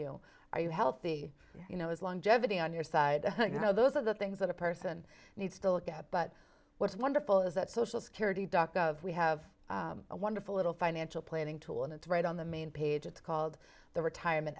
you are you healthy you know his longevity on your side you know those are the things that a person needs to look at but what's wonderful is that social security dr of we have a wonderful little financial planning tool and it's right on the main page it's called the retirement